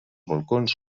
balcons